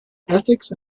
ethics